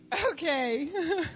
Okay